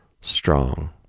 strong